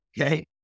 okay